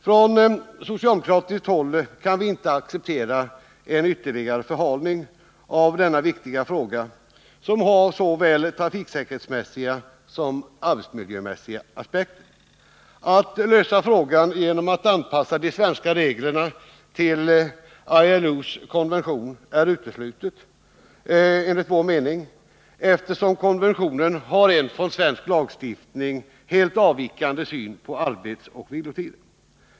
Från socialdemokratiskt håll kan vi inte acceptera en ytterligare förhalning av denna viktiga fråga, som har såväl trafiksäkerhetsmässiga som arbetsmiljömässiga aspekter. Att lösa frågan genom att anpassa de svenska reglerna till ILO:s konvention är uteslutet, eftersom konventionen har en från svensk lagstiftning helt avvikande syn på arbetsoch vilotider.